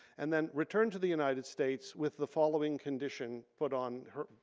and then returned to the united states with the following condition put on her,